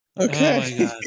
Okay